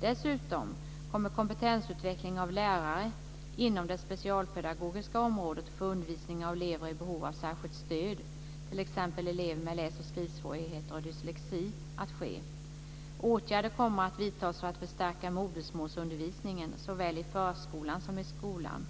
Dessutom kommer kompetensutveckling av lärare inom det specialpedagogiska området för undervisning av elever i behov av särskilt stöd, t.ex. elever med läs och skrivsvårigheter och dyslexi, att ske. Åtgärder kommer att vidtas för att förstärka modersmålsundervisningen såväl i förskolan som i skolan.